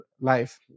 life